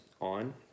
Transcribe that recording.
on